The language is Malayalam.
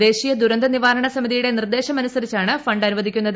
ദേശീയ ദുരന്തനിവാരണ സമിതിയുടെ നിർദ്ദേശമനുസരിച്ചാണ് ഫണ്ട് അനുവദിക്കുന്നത്